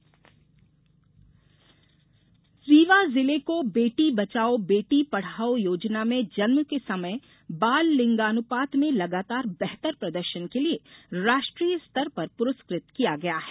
बेटी बचाओ बेटी पढ़ाओ रीवा जिले को बेटी बचाओ बेटी पढ़ाओ योजना में जन्म के समय बाल लिंगानुपात में लगातार बेहतर प्रदर्शन के लिए राष्ट्रीय स्तर पर पुरस्कृत किया गया है